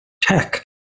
Tech